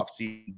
offseason